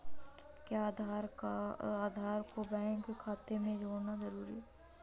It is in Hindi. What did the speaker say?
क्या आधार को बैंक खाते से जोड़ना जरूरी है?